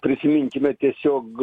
prisiminkime tiesiog